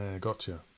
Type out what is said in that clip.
gotcha